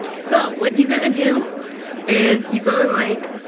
so what you're going to do is you go, like